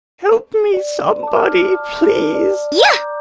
help me, somebody! please! yeah